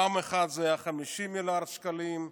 פעם אחת זה היה 50 מיליארד שקלים,